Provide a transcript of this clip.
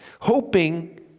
hoping